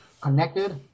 Connected